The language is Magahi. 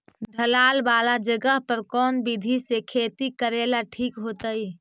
ढलान वाला जगह पर कौन विधी से खेती करेला ठिक होतइ?